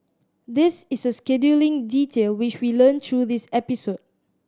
this is a scheduling detail which we learnt through this episode